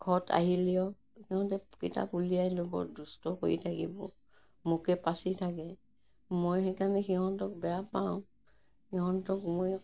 ঘৰত আহিলেও সিহঁতে কিতাপ উলিয়াই ল'ব দুষ্ট কৰি থাকিব মোকে পাচি থাকে মই সেইকাৰণে সিহঁতক বেয়া পাওঁ সিহঁতক মই